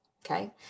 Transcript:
Okay